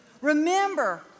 Remember